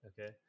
Okay